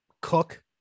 cook